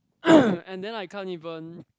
and then I can't even